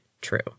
true